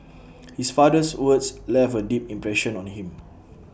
his father's words left A deep impression on him